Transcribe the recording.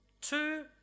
Two